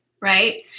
Right